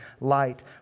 light